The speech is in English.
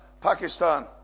Pakistan